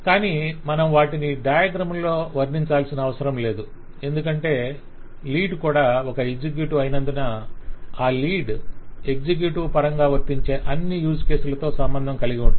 కానీ మనం వాటిని డయాగ్రమ్ లో వర్ణించాల్సిన అవసరం లేదు ఎందుకంటే లీడ్ కూడా ఒక ఎగ్జిక్యూటివ్ అయినందున ఆ లీడ్ ఎగ్జిక్యూటివ్ పరంగా వర్తించే అన్ని యూజ్ కేస్ లతో సంబంధం కలిగి ఉంటాడు